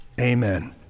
amen